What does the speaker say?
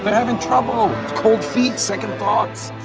having trouble. cold feet, second thoughts.